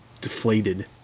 deflated